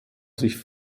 sich